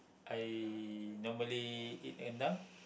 I normally eat rendang